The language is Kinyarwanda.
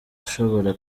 ashobora